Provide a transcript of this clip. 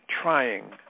trying